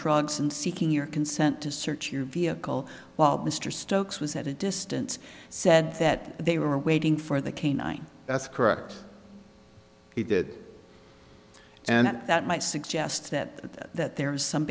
drugs and seeking your consent to search your vehicle while mr stokes was at a distance said that they were waiting for the canine that's correct he did and that might suggest that that there is some